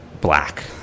Black